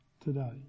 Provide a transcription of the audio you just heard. today